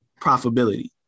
profitability